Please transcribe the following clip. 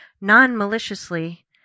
non-maliciously